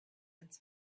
its